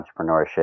entrepreneurship